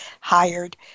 hired